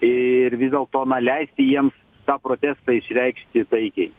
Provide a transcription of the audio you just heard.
ir vis dėlto na leisti jiems tą protestą išreikšti taikiai